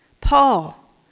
Paul